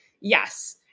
Yes